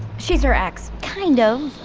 she's her ex kind of,